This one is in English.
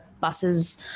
buses